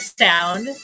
sound